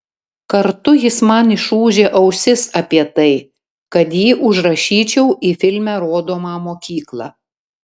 kartu jis man išūžė ausis apie tai kad jį užrašyčiau į filme rodomą mokyklą